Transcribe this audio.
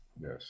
Yes